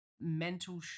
mental